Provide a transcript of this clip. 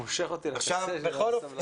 הוא מושך אותי לקצה הסבלנות.